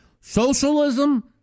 socialism